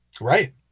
Right